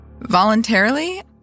Voluntarily